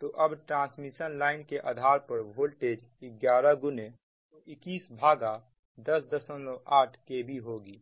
तो अब transmission line की आधार वोल्टेज 11121108kvहोगी